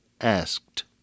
asked